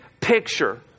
picture